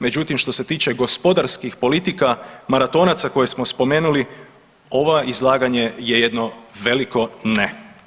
Međutim, što se tiče gospodarskih politika maratonaca koje smo spomenuli ovo izlaganje je jedno veliko ne.